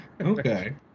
Okay